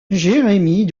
jérémie